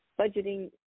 Budgeting